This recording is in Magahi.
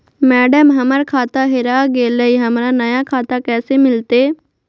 मैडम, हमर खाता हेरा गेलई, हमरा नया खाता कैसे मिलते